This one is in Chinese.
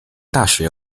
大学